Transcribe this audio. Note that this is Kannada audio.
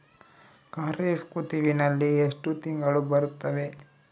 ಖಾರೇಫ್ ಋತುವಿನಲ್ಲಿ ಎಷ್ಟು ತಿಂಗಳು ಬರುತ್ತವೆ?